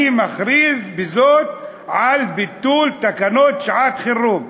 אני מכריז בזאת על ביטול תקנות שעת-חירום.